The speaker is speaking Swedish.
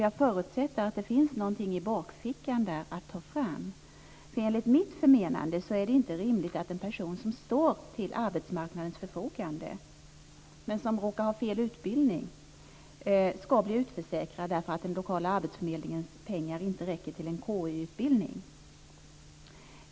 Jag förutsätter att det finns någonting i bakfickan att ta fram. Enligt mitt förmenande är det inte rimligt att en person som står till arbetsmarknadens förfogande men som råkar ha fel utbildning skall bli utförsäkrad för att den lokala arbetsfördelningens pengar inte räcker till en utbildning.